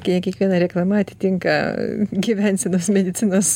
kie kiekviena reklama atitinka gyvensenos medicinos